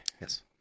Yes